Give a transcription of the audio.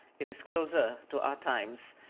it is closer to our times,